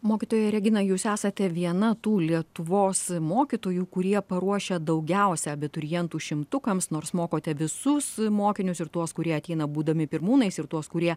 mokytoja regina jūs esate viena tų lietuvos mokytojų kurie paruošia daugiausia abiturientų šimtukams nors mokote visus mokinius ir tuos kurie ateina būdami pirmūnais ir tuos kurie